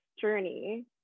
journey